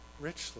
richly